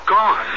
Gone